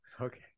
Okay